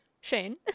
Shane